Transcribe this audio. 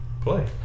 play